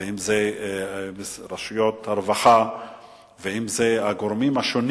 אם זה רשויות הרווחה ואם זה הגורמים השונים